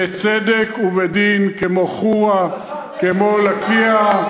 בצדק ובדין, כמו חורה, כמו לקיה,